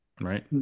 right